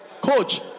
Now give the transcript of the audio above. coach